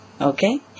Okay